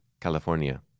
California